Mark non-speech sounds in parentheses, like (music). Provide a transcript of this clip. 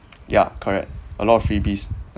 (noise) ya correct a lot of freebies